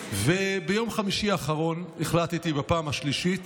ביום חמישי האחרון החלטתי בפעם השלישית